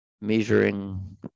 measuring